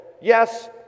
yes